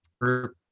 group